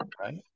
right